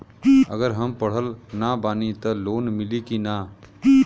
अगर हम पढ़ल ना बानी त लोन मिली कि ना?